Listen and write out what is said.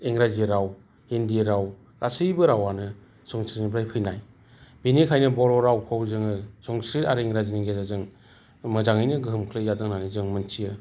इंराजि राव हिन्दी राव गासैबो रावानो संस्कृतनिफ्राय फैनाय बिनिखायनो बर' रावखौ जोङो संस्कृत आरो इंराजिनि गेजेरजों मोजाङैनो गोहोम खोख्लैजादों होननानै जों मोन्थियो